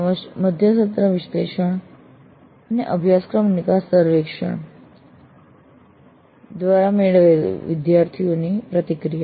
તેમજ મધ્ય સત્ર સર્વેક્ષણ અને અભ્યાસક્રમ નિકાસ સર્વેક્ષણ દ્વારા મેળવેલ વિદ્યાર્થીઓની પ્રતિક્રિયા